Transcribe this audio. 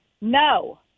No